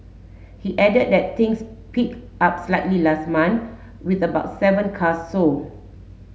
he added that things picked up slightly last month with about seven cars sold